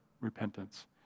repentance